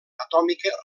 atòmica